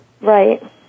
right